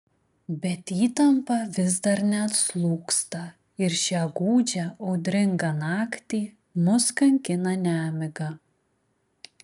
bet įtampa vis dar neatslūgsta ir šią gūdžią audringą naktį mus kankina nemiga